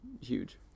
Huge